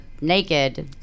naked